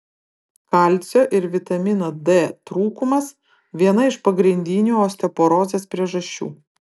kalcio ir vitamino d trūkumas viena iš pagrindinių osteoporozės priežasčių